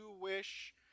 wish